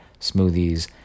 Smoothies